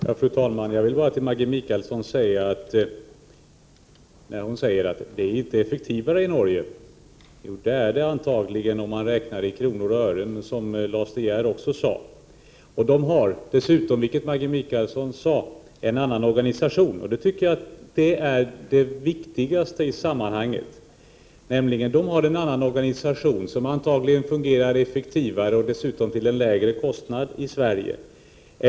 Fru talman! Med anledning av att Maggi Mikaelsson sade att det inte är effektivare i Norge vill jag bara säga att det antagligen är det, om man räknar i kronor och ören, vilket Lars De Geer också framhöll. I Norge har man dessutom, vilket Maggi Mikaelsson nämnde, en annan organisation. Det tycker jag är det viktigaste i sammanhanget. Man har nämligen en Prot. 1988/89:20 organisation som antagligen fungerar effektivare och det dessutom till en 9 november 1988 lägre kostnad än den vi har i Sverige.